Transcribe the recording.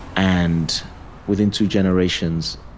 and within two generations,